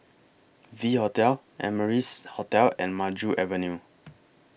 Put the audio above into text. V Hotel Amrise Hotel and Maju Avenue